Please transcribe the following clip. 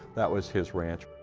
that was his ranch.